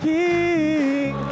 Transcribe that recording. King